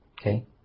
Okay